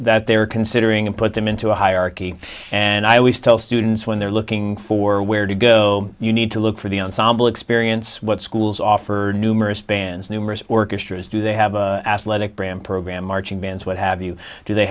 that they're considering and put them into a hierarchy and i always tell students when they're looking for where to go you need to look for the ensemble experience what schools offered numerous bands numerous orchestras do they have athletic brand program marching bands what have you do they